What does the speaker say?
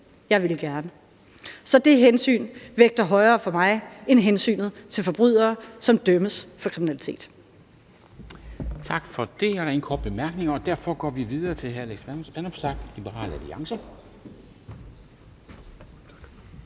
Jeg ville gerne. Så det hensyn vægter højere for mig end hensynet til forbrydere, som dømmes for kriminalitet.